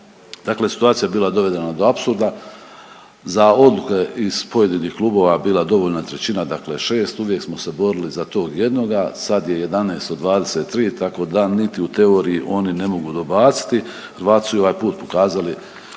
dakle situacija je bila dovedena do apsurda. Za odluke iz pojedinih klubova je bila dovoljna trećina, dakle 6, uvijek smo se borili za tog jednoga, sad je 11 od 23, tako da niti u teoriji ne mogu dobaciti. Hrvati su i ovaj put pokazali